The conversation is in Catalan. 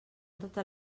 totes